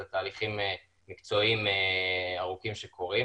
אלה תהליכים מקצועיים ארוכים שקורים.